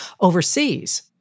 overseas